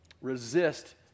resist